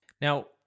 Now